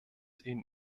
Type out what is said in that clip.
ihnen